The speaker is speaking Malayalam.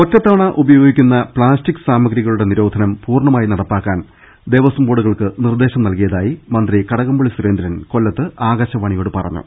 ഒറ്റത്തവണ ഉപയോഗിക്കുന്ന പ്ലാസ്റ്റിക് സാമഗ്രികളുടെ നിരോധനം പൂർണ്ണ മായി നടപ്പാക്കാൻ ദേവസ്വം ബോർഡുകൾക്ക് നിർദേശം നൽകിയ തായി മന്ത്രി കടകംപള്ളി സുരേന്ദ്രൻ കൊല്ലത്ത് ആകാശവാണിയോട് പറഞ്ഞു